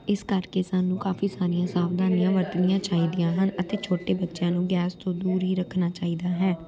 ਇਸ ਕਰਕੇ ਸਾਨੂੰ ਕਾਫ਼ੀ ਸਾਰੀਆਂ ਸਾਵਧਾਨੀਆਂ ਵਰਤਣੀਆਂ ਚਾਹੀਦੀਆਂ ਹਨ ਅਤੇ ਛੋਟੇ ਬੱਚਿਆਂ ਨੂੰ ਗੈਸ ਤੋਂ ਦੂਰ ਹੀ ਰੱਖਣਾ ਚਾਹੀਦਾ ਹੈ